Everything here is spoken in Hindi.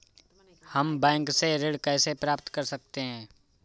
हम बैंक से ऋण कैसे प्राप्त कर सकते हैं?